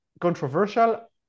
controversial